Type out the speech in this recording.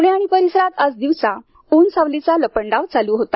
पुणे आणि परिसरात आज दिवसा उन सावलीचा लपंडाव चालू होता